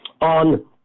on